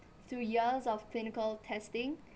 through years of clinical testing